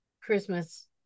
Christmas